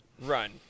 run